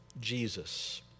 Jesus